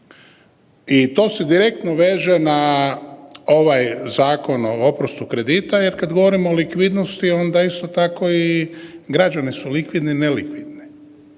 I to se direktno veže na ovaj zakon o oprostu kredita jer kad govorimo o likvidnosti onda isto tako i građani su likvidni i nelikvidni.